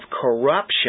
corruption